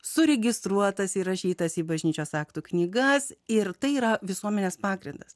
suregistruotas įrašytas į bažnyčios aktų knygas ir tai yra visuomenės pagrindas